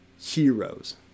heroes